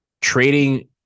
Trading